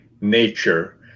nature